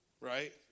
Right